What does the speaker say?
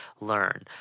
learn